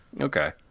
Okay